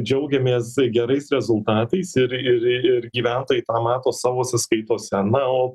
džiaugiamės gerais rezultatais ir ir ir gyventojai tą mato savo sąskaitose na o